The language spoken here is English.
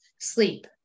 sleep